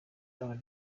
our